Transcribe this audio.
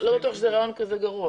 לא בטוח שזה רעיון כל כך גרוע.